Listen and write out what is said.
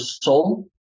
soul